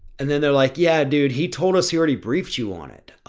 and then they're like, yeah, dude, he told us he already briefed you on it.